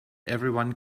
everyone